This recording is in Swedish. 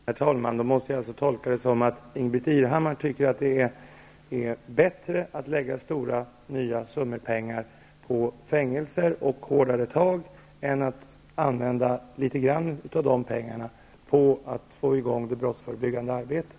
Herr talman! Jag måste då tolka det som att Ingbritt Irhammar tycker det är bättre att lägga nya stora summor på fängelser och hårdare tag än att använda en del av dessa pengar till att få i gång det brottsförebyggande arbetet.